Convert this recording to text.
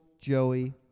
Joey